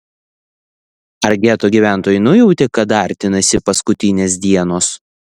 ar geto gyventojai nujautė kad artinasi paskutinės dienos